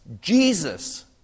Jesus